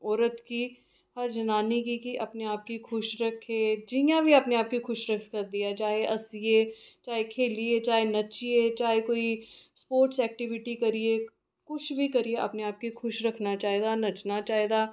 हर औरत गी हर जनान्नी गी अपने आप गी खुश रक्खे जि'यां बी अपने आप गी खुश रक्खी सकदी ऐ चाहे हस्सियै खेढियै जां नच्चियै जां कोई स्पोर्टस एक्टीविटी करियै किश बी करियै अपने आप गी खुश रक्खना चाहिदा